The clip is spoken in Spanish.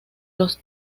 los